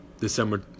December